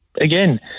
again